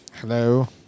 Hello